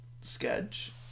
sketch